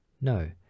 No